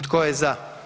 Tko je za?